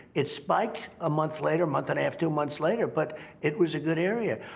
it spiked a month later, month and a half, two months later, but it was a good area.